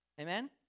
Amen